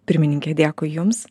pirmininkė dėkui jums